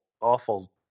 awful